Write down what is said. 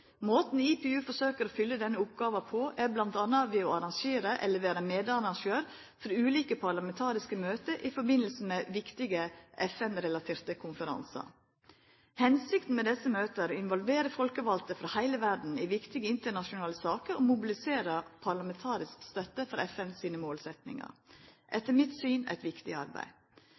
Måten IPU forsøkjer å fylla denne oppgåva på, er bl.a. ved å arrangera eller vera medarrangør for ulike parlamentariske møte i samband med viktige FN-relaterte konferansar. Hensikta med desse møta er å involvera folkevalde frå heile verda i viktige internasjonale saker og mobilisera parlamentarisk støtte for FN sine målsetjingar – etter mitt syn eit viktig arbeid.